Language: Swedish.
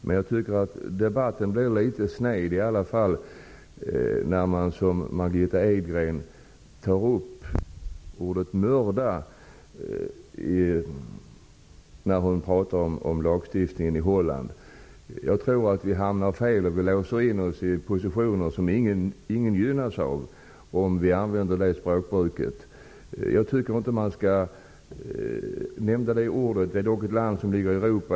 Men debatten blir litet sned när man som Margitta Edgren använder sådana begrepp som ordet mörda när man talar om lagstiftningen i Holland. Jag tror att vi hamnar i positioner som ingen gynnas av om vi använder det språkbruket. Man skall inte nämna det ordet. Holland är dock ett land som ligger i Europa.